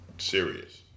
Serious